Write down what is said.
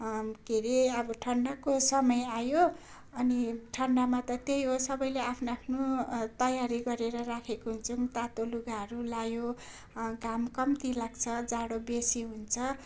के अरे अब ठन्डाको समय आयो अनि ठन्डामा त त्यही हो सबैले आफ्नो आफ्नो तयारी गरेर राखेको हुन्छन् तातो लुगाहरू लगायो घाम कम्ती लाग्छ जाडो बेसी हुन्छ